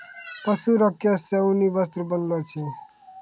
पशु रो केश से ऊनी वस्त्र बनैलो छै